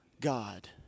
God